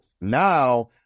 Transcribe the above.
now